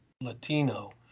latino